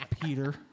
Peter